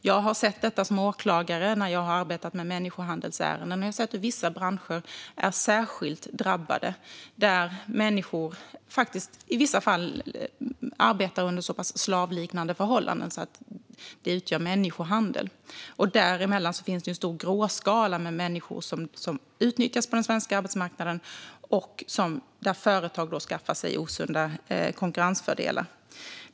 Jag har sett detta som åklagare när jag har arbetat med människohandelsärenden, och jag har sett att vissa branscher är särskilt drabbade. Det finns människor som arbetar under så pass slavliknande förhållanden att det utgör människohandel. Däremellan finns det en stor gråskala med människor som utnyttjas på den svenska arbetsmarknaden och där företag skaffar sig osunda konkurrensfördelar.